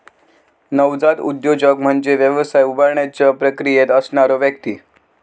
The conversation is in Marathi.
नवजात उद्योजक म्हणजे व्यवसाय उभारण्याच्या प्रक्रियेत असणारो व्यक्ती